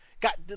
got